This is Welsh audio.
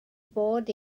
fod